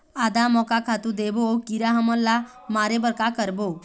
आदा म का खातू देबो अऊ कीरा हमन ला मारे बर का करबो?